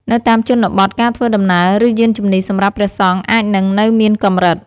នៅតាមជនបទការធ្វើដំណើរ ឬ យានជំនិះសម្រាប់ព្រះសង្ឃអាចនឹងនៅមានកម្រិត។